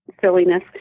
silliness